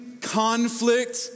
conflict